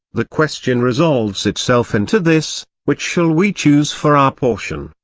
the question resolves itself into this which shall we choose for our portion,